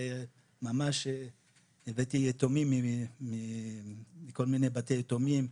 וממש הבאתי יתומים מכל מיני בתי יתומים,